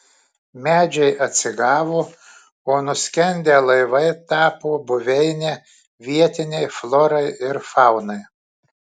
medžiai atsigavo o nuskendę laivai tapo buveine vietinei florai ir faunai